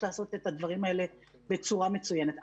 לעשות את הדברים האלה בצורה מצוינת.